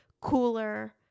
cooler